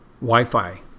Wi-Fi